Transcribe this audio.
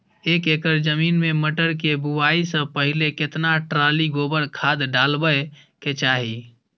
एक एकर जमीन में मटर के बुआई स पहिले केतना ट्रॉली गोबर खाद डालबै के चाही?